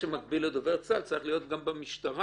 זה יכול לחזור על עצמו שוב ושוב ושוב.